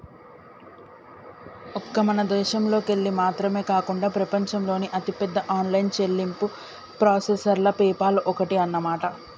ఒక్క మన దేశంలోకెళ్ళి మాత్రమే కాకుండా ప్రపంచంలోని అతిపెద్ద ఆన్లైన్ చెల్లింపు ప్రాసెసర్లలో పేపాల్ ఒక్కటి అన్నమాట